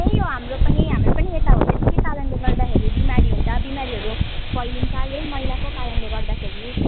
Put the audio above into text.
त्यही हो हाम्रो पनि हाम्रो पनि यता हो त्यस्तै कारणले गर्दाखेरि बिमारी हुन्छ बिमारीहरू फैलिन्छ यही मैलाको कारणले गर्दाखेरि